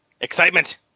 Excitement